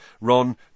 Ron